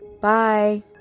Bye